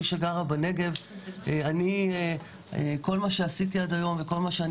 כמי שגרה בנגב כל מה עשיתי עד היום וכל מה שאני